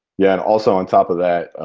yeah and also on top of that,